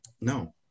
No